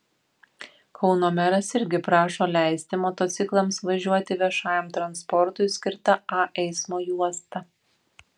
kauno meras irgi prašo leisti motociklams važiuoti viešajam transportui skirta a eismo juosta